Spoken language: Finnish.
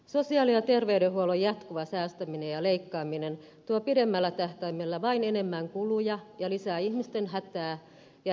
sosiaali ja terveydenhuollon jatkuva säästäminen ja leikkaaminen tuo pidemmällä tähtäimellä vain enemmän kuluja ja lisää ihmisten hätää ja epätietoisuutta